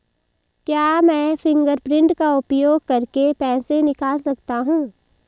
क्या मैं फ़िंगरप्रिंट का उपयोग करके पैसे निकाल सकता हूँ?